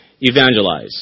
evangelize